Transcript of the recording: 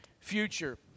future